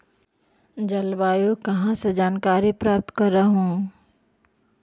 जलवायु कहा से जानकारी प्राप्त करहू?